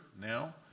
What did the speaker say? now